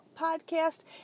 podcast